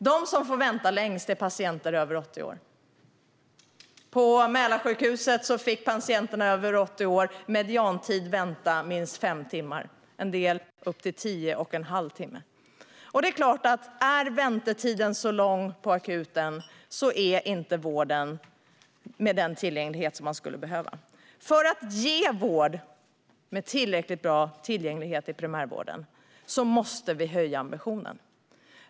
De som får vänta längst är patienter över 80 år. På Mälarsjukhuset fick patienterna över 80 år vänta minst fem timmar i mediantid, en del upp till tio och en halv timme. Det är klart att är väntetiden så lång på akuten har inte vården den tillgänglighet man skulle behöva. För att ge vård med tillräckligt bra tillgänglighet i primärvården måste vi höja ambitionen.